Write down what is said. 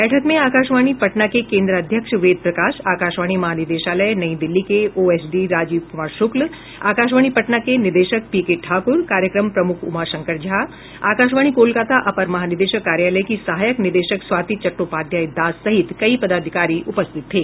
बैठक में आकाशवाणी पटना के केन्द्राध्यक्ष वेद प्रकाश आकाशवाणी महानिदेशालय नई दिल्ली के ओएसडी राजीव कुमार शुक्ल आकाशवाणी पटना के निदेशक पीकेठाकुर कार्यक्रम प्रमुख उमाशंकर झा आकाशवाणी कोलकाता अपर महानिदेशक कार्यालय की सहायक निदेशक स्वाति चट्टोपाध्याय दास सहित कई पदाधिकारी उपस्थित थे